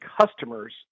customers